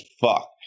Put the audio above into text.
fuck